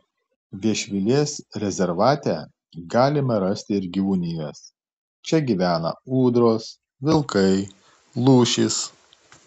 viešvilės rezervate galima rasti ir gyvūnijos čia gyvena ūdros vilkai lūšys